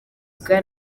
bwa